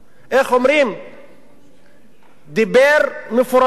דיבר מפורשות,